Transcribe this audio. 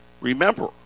remember